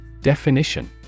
Definition